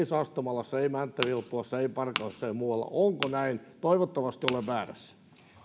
sastamalassa ei mänttä vilppulassa ei parkanossa ei muualla onko näin toivottavasti olen väärässä